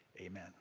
Amen